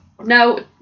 No